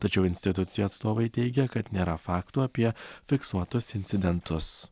tačiau institucijų atstovai teigia kad nėra faktų apie fiksuotus incidentus